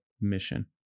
mission